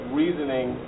reasoning